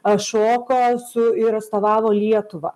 atšoko su ir atstovavo lietuvą